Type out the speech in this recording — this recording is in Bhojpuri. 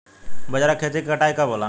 बजरा के खेती के कटाई कब होला?